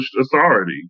authority